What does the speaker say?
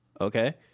okay